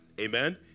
Amen